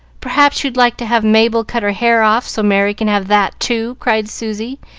perhaps you'd like to have mabel cut her hair off, so merry can have that, too? cried susy,